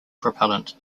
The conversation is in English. propellant